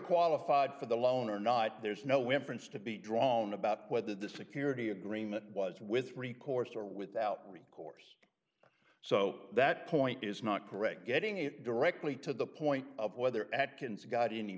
qualified for the loan or not there's no win france to be drawn about whether the security agreement was with recourse or without recourse so that point is not correct getting it directly to the point of whether atkins got any